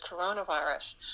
coronavirus